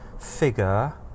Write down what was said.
figure